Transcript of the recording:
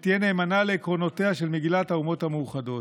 ותהיה נאמנה לעקרונותיה של מגילת האומות המאוחדות.